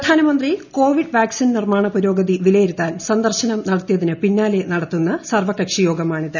പ്രധാനമന്ത്രി Covid vaccine നിർമാണ പുരോഗതി വിലയിരുത്താൻ സന്ദർശനം നോത്തീയ്ക്തിന് പിന്നാലെ നടത്തുന്ന സർവകകഷിയോഗമാണിത്